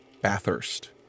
Bathurst